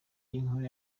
y’inkuru